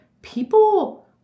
People